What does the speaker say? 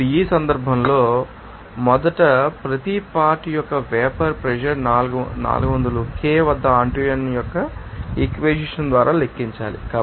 ఇప్పుడు ఈ సందర్భంలో మొదట మీరు ప్రతి పార్ట్ యొక్క వేపర్ ప్రెషర్ 400 K వద్ద ఆంటోయిన్ యొక్క ఈక్వెషన్ ద్వారా లెక్కించాలి